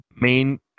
main